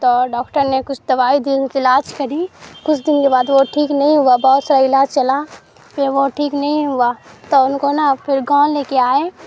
تو ڈاکٹر نے کچھ دوائی دی علاج کی کچھ دن کے بعد وہ ٹھیک نہیں ہوا بہت سارا علاج چلا پھر وہ ٹھیک نہیں ہوا تو ان کو نا پھر گاؤں لے کے آئے